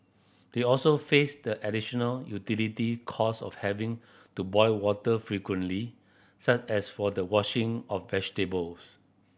they also faced the additional utilities cost of having to boil water frequently such as for the washing of vegetables